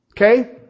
Okay